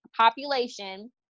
population